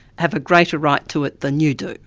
have a greater right to it than you do.